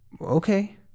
Okay